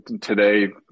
today